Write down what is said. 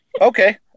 Okay